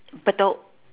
bedok